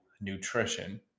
nutrition